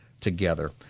Together